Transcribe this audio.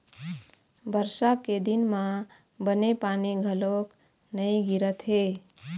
बरसा के दिन म बने पानी घलोक नइ गिरत हे